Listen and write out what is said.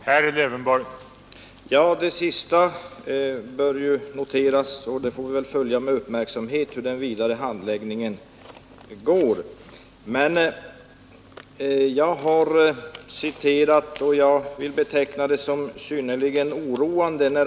Herr talman! Den senaste upplysningen bör noteras, och vi får väl följa den vidare handläggningen med uppmärksamhet. Jag vill dock beteckna det jag har citerat såsom synnerligen oroande.